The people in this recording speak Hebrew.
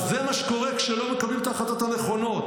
אז זה מה שקורה כשלא מקבלים את ההחלטות הנכונות.